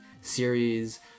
series